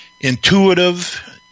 intuitive